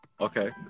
Okay